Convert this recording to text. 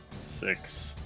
six